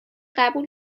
قبول